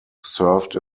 served